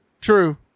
true